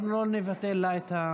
אנחנו לא נבטל לה.